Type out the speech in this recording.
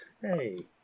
Hey